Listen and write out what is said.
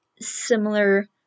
similar